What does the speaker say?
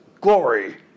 Glory